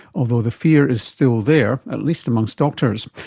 although the fear is still there, at least amongst doctors.